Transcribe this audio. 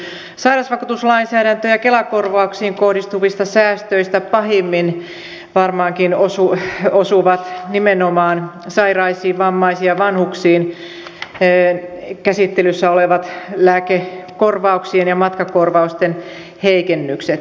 sairausvakuutuslainsäädäntöön ja kela korvauksiin kohdistuvista säästöistä nimenomaan sairaisiin vammaisiin ja vanhuksiin pahimmin varmaankin osuvat käsittelyssä olevat lääkekorvauksien ja matkakorvausten heikennykset